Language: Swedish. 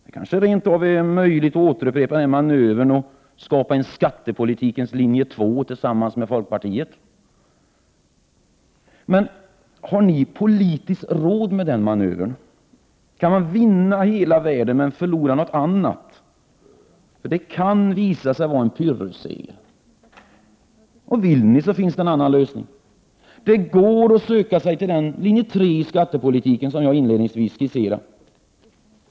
Det kanske rent av är möjligt att upprepa manövern från kärnkraftsomröstningen och skapa en skattepolitikens linje 2 tillsammans med folkpartiet. Men har ni politiskt råd med den manövern? Kan man vinna hela världen men förlora någonting annat? Det kan visa sig vara en pyrrusseger. Vill ni, så finns det en annan lösning. Det går att söka sig till den linje 3 i skattepolitiken som jag inledningsvis skisserade.